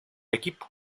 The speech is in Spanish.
equipo